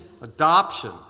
adoption